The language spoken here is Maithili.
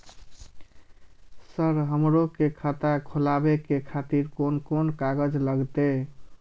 सर हमरो के खाता खोलावे के खातिर कोन कोन कागज लागते?